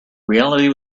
reality